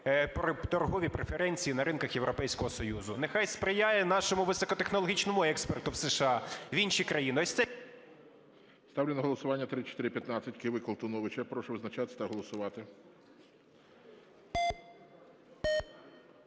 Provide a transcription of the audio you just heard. торгові преференції на ринках Європейського Союзу, нехай сприяє нашому високотехнологічному експорту в США, в інші країни.